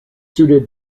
suited